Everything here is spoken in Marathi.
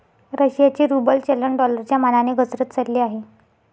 रशियाचे रूबल चलन डॉलरच्या मानाने घसरत चालले आहे